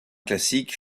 classiques